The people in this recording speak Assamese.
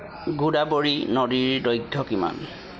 গোদাৱৰী নদীৰ দৈৰ্ঘ্য কিমান